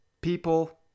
people